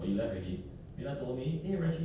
victoria is aware about this lah